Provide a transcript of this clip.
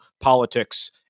politics –